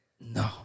no